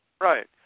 Right